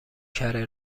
کره